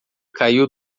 caiu